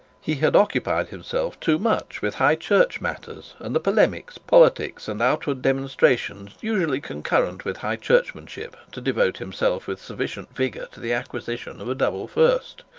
he had occupied himself too much with high church matters, and the polemics, politics, and outward demonstrations usually concurrent with high churchmanship, to devote himself with sufficient vigour to the acquisition of a double first.